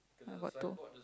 I bought two